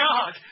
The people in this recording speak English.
God